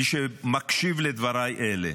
מי שמקשיב לדבריי אלה,